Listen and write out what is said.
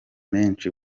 menshi